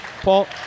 Paul